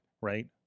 right